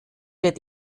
wird